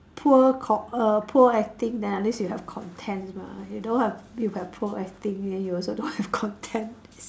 poor cock err poor acting then at least you have content mah you don't have you have poor acting then you also don't have content s~